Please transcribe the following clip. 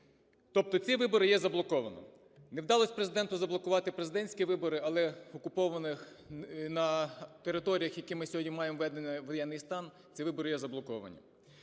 Тобто ці вибори є заблоковано. На вдалося Президенту заблокувати президентські вибори, але в окупованих на територіях, які ми сьогодні маємо введений воєнний стан, ці вибори є заблоковані.